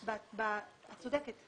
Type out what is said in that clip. את צודקת.